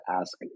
ask